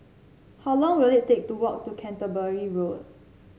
how long will it take to walk to Canterbury Road